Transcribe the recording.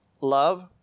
love